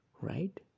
right